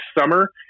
summer